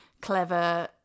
clever